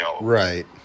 Right